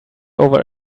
over